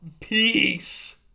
Peace